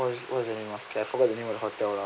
what what is the name ah okay forgot the name of the hotel lah